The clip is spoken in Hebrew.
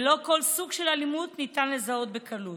ולא כל סוג של אלימות ניתן לזהות בקלות.